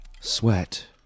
Sweat